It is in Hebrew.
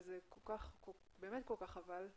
וזה באמת כל כך חבל.